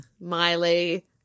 Miley